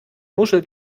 muschel